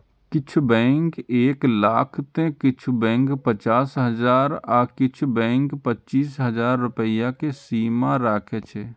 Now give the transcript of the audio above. किछु बैंक एक लाख तं किछु बैंक पचास हजार आ किछु बैंक पच्चीस हजार रुपैया के सीमा राखै छै